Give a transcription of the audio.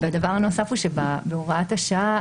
והדבר הנוסף הוא שבהוראת השעה,